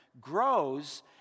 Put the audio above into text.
grows